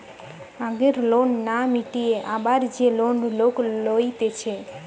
আগের লোন না মিটিয়ে আবার যে লোন লোক লইতেছে